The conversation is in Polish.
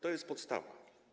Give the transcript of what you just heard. To jest podstawa.